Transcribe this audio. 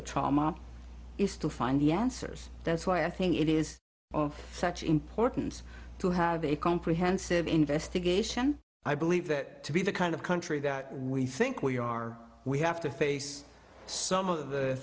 the trauma is to find the answers that's why i think it is such important to have a comprehensive investigation i believe that to be the kind of country that we think we are we have to face some of the